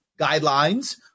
guidelines